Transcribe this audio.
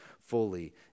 Fully